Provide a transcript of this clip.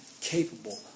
capable